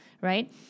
Right